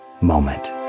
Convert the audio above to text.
moment